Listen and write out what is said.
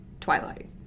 Twilight